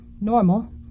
normal